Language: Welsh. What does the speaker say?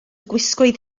gwisgoedd